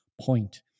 point